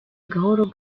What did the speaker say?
gahoro